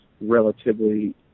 relatively